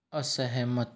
असहमत